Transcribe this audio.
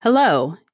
Hello